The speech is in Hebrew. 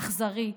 אכזרי,